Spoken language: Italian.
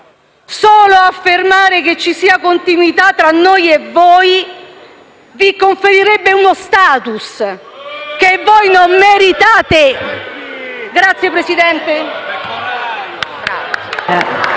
Solo affermare che ci sia continuità tra noi e voi vi conferirebbe uno *status* che voi non meritate. *(Applausi